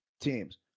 teams